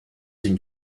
une